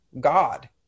God